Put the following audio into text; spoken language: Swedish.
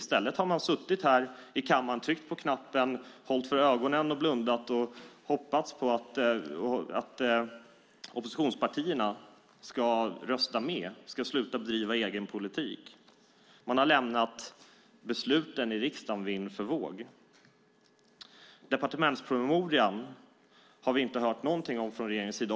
I stället har man suttit här i kammaren, tryckt på knappen, hållit för ögonen, blundat och hoppats på att oppositionspartierna ska rösta med och sluta driva egen politik. Man har lämnat besluten i riksdagen vind för våg. Departementspromemorian har vi inte hört någonting om från regeringens sida.